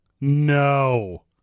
No